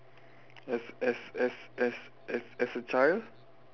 as as as as as as a child